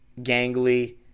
gangly